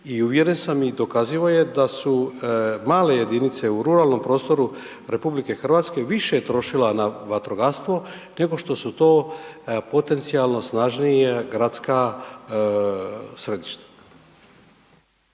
i uvjeren sam i dokazivao je da su male jedinice u ruralnom prostoru RH više trošila na vatrogastvo nego što su to potencijalno snažnija gradska središta.